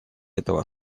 этого